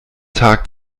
tag